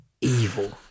evil